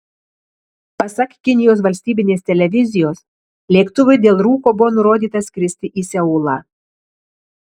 pasak kinijos valstybinės televizijos lėktuvui dėl rūko buvo nurodyta skristi į seulą